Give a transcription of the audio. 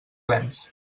plens